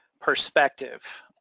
perspective